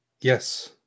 Yes